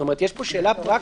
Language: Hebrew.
יש פה שאלה פרקטית.